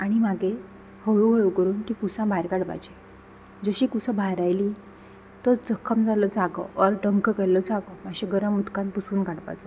आनी मागीर हळूहळू करून ती कुसां भायर काडपाचीं जशीं कुसां भायर आयलीं तो जखम जाल्लो जागो ऑर डंक केल्लो जागो मातशे गरम उदकान पुसून काडपाचो